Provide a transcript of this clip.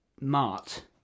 mart